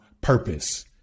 purpose